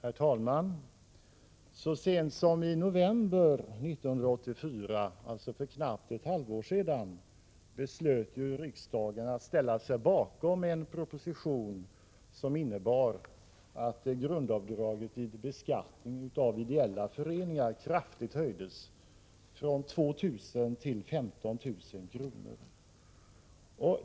Herr talman! Så sent som i november 1984, dvs. för knappt ett halvår sedan, beslöt riksdagen att ställa sig bakom en proposition som innebar att grundavdraget vid beskattning av ideella föreningar kraftigt höjdes, från 2 000 till 15 000 kr.